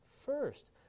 first